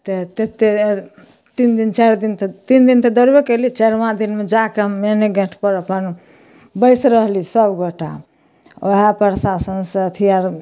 तऽ ततेक आओर तीन दिन चारि दिन तऽ तीन दिन तऽ दौड़बे कएली चारिम दिनमे जाकऽ मेने गेटपर अपन बैसि रहली सभगोटा वएह प्रशासनसँ अथी आओर